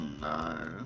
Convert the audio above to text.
no